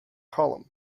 column